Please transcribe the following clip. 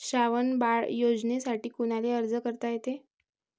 श्रावण बाळ योजनेसाठी कुनाले अर्ज करता येते?